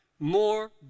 more